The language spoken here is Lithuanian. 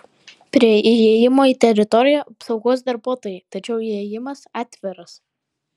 prie įėjimo į teritoriją apsaugos darbuotojai tačiau įėjimas atviras